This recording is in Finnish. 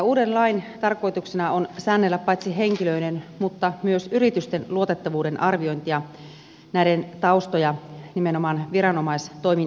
uuden lain tarkoituksena on säännellä paitsi henkilöiden myös yritysten luotettavuuden arviointia näiden taustoja nimenomaan viranomaistoimin selvittämällä